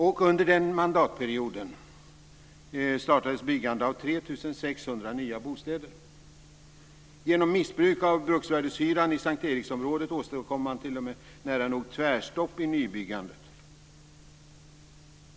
Och under den mandatperioden startades byggande av nära nog tvärstopp i nybyggandet.